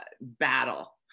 battle